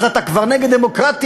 אז אתה כבר נגד דמוקרטיה,